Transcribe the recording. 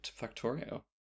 Factorio